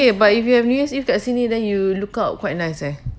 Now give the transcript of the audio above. eh but if you have new year's eve kat sini then you look out quite nice eh